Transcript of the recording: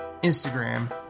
Instagram